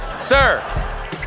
Sir